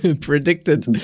predicted